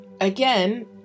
Again